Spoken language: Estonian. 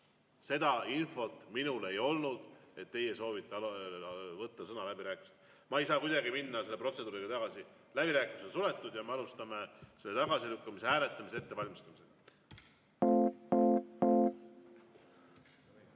Seda infot minul ei olnud, et teie soovite läbirääkimistel sõna võtta. Ma ei saa kuidagi minna selle protseduuriga tagasi. Läbirääkimised on suletud ja me alustame eelnõu tagasilükkamise hääletamise ettevalmistamist.